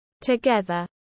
together